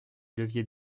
levier